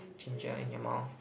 ginger in your mouth